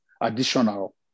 additional